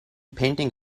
painting